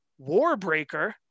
Warbreaker